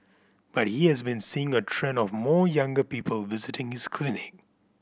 but he has been seeing a trend of more younger people visiting his clinic